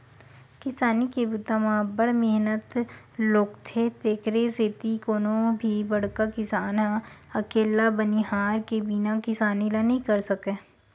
किसानी के बूता म अब्ब्ड़ मेहनत लोगथे तेकरे सेती कोनो भी बड़का किसान ह अकेल्ला बनिहार के बिना किसानी ल नइ कर सकय